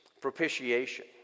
propitiation